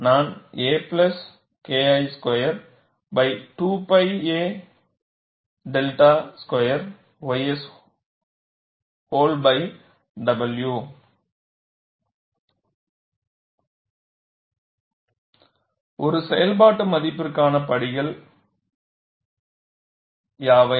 நான் a KI square 2 pi 𝛔 square ys வோல் w ஒரு செயல்பாட்டு மதிப்பீட்டிற்கான படிகள் யாவை